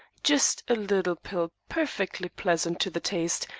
just a little pill, perfectly pleasant to the taste,